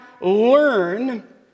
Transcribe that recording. learn